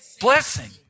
blessing